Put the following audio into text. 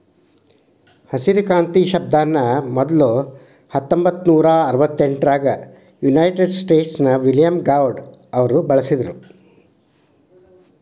ಹಸಿರು ಕ್ರಾಂತಿ ಶಬ್ದಾನ ಮೊದ್ಲ ಹತ್ತೊಂಭತ್ತನೂರಾ ಅರವತ್ತೆಂಟರಾಗ ಯುನೈಟೆಡ್ ಸ್ಟೇಟ್ಸ್ ನ ವಿಲಿಯಂ ಗೌಡ್ ಅವರು ಬಳಸಿದ್ರು